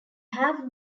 have